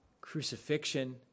crucifixion